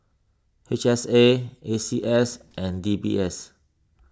H S A A C S and D B S